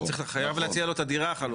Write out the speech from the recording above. הוא חייב להציע לו את הדירה החלופית.